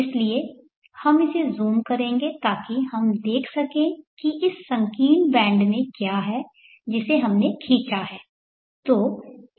इसलिए हम इसे ज़ूम करेंगे ताकि हम देख सकें कि इस संकीर्ण बैंड में क्या है जिसे हमने खींचा है